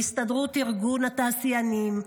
להסתדרות ארגון התעשיינים,